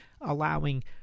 allowing